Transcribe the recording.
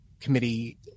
committee